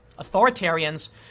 Authoritarians